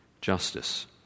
Justice